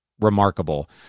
remarkable